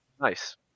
nice